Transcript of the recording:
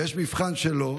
ויש מבחן שלו,